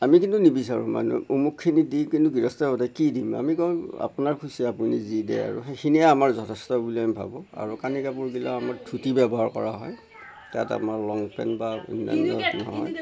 আমি কিন্তু নিবিচাৰোঁ মানুহক অমুকখিনি দি কিনি গৃহস্থই সোধে কি দিম আমি কওঁ আপোনাৰ খুচি আপুনি যি দিয়ে আৰু সেইখিনিয়ে আমাৰ যথেষ্ট বুলি আমি ভাবোঁ আৰু কানি কাপোৰ দিলে আমাক ধুতি ব্যৱহাৰ কৰা হয় তাত আপোনাৰ লংপেণ্ট বা নহয়